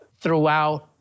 throughout